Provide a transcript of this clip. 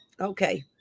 Okay